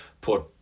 put